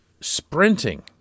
sprinting